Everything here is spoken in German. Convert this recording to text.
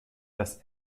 das